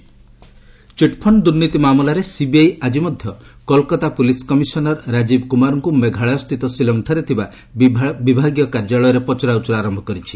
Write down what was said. CBI Kumar chit fund ଦ୍ର୍ନୀତି ମାମଲାରେ CBI ଆଜି ମଧ୍ୟ କୋଲକାତା ପୁଲିସ କମିଶନର ରାଜୀବ କୁମାରଙ୍କୁ ମେଘାଳୟସ୍ଥିତ ଶିଲଂଠାରେ ଥିବା ବିଭାଗୀୟ କାର୍ଯ୍ୟାଳୟରେ ପଚରାଉଚରା ଆରମ୍ଭ କରିଛି